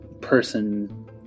person